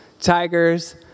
tigers